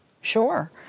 Sure